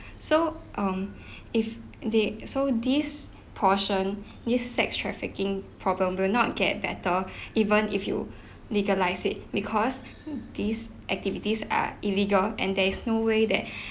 so um if they so this portion this sex trafficking problem will not get better even if you legalise it because these activities are illegal and there is no way that